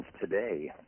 today